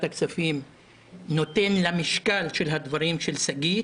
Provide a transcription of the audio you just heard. הכספים נותן למשקל של הדברים של שגית,